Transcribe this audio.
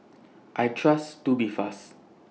I Trust Tubifast